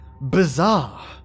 Bizarre